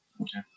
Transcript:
Okay